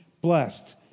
blessed